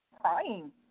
crying